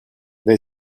they